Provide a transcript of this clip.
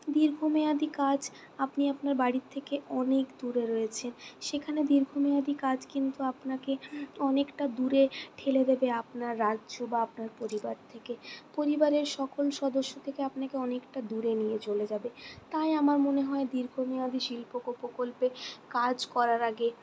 দীর্ঘমেয়াদী কাজ আপনি আপনার বাড়ির থেকে অনেক দূরে রয়েছেন সেখানে দীর্ঘমেয়াদী কাজ কিন্তু আপনাকে অনেকটা দূরে ঠেলে দেবে আপনার রাজ্য বা আপনার পরিবার থেকে পরিবারের সকল সদস্য থেকে আপনাকে অনেকটা দূরে নিয়ে চলে যাবে তাই আমার মনে হয় দীর্ঘমেয়াদী শিল্প প্রকল্পে কাজ করার আগে